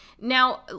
Now